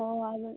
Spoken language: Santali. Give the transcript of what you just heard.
ᱚᱸᱻ ᱟᱞᱩ